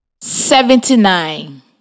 seventy-nine